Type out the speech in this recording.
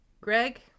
Greg